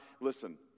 Listen